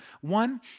One